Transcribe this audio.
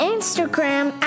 Instagram